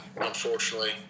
Unfortunately